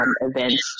events